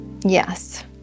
Yes